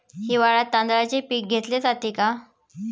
हिवाळ्यात तांदळाचे पीक घेतले जाते का?